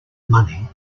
money